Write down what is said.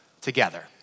together